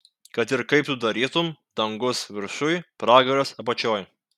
kad ir kaip tu darytum dangus viršuj pragaras apačioj